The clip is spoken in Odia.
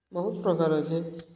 ବହୁତ୍ ପ୍ରକାର୍ ଅଛେ